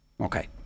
Okay